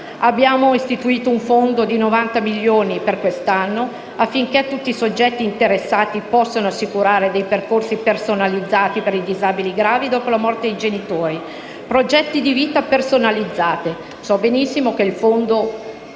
Abbiamo istituito un fondo di 90 milioni per quest'anno affinché tutti i soggetti interessati possano assicurare dei percorsi personalizzati per i disabili gravi dopo la morte dei genitori; progetti di vita personalizzati (mi rendo conto che se il fondo